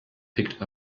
picked